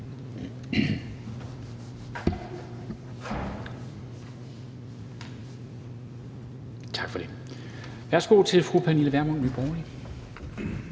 Tak for det. Værsgo til fru Pernille Vermund, Nye